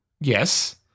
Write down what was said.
Yes